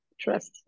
trust